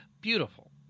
beautiful